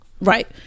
Right